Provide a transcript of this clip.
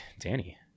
Danny